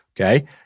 okay